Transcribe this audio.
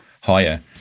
higher –